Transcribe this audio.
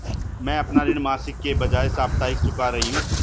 मैं अपना ऋण मासिक के बजाय साप्ताहिक चुका रही हूँ